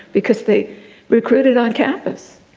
because they recruited on campus.